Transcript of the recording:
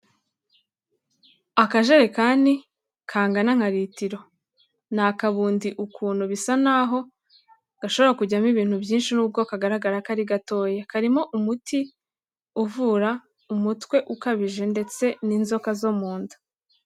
Akajerekani kangana nka litiro ni akabundi ukuntu bisa n'aho gashobora kujyamo ibintu byinshi n'ubwo kagaragara ko ari gatoya, karimo umuti uvura umutwe ukabije ndetse n'inzoka zo mu nda.